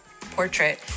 portrait